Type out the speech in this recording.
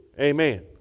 Amen